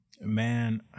Man